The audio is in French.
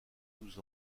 douze